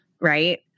right